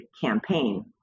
campaign